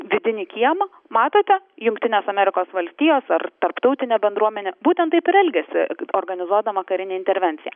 vidinį kiemą matote jungtines amerikos valstijos ar tarptautinė bendruomenė būtent taip ir elgiasi organizuodama karinę intervenciją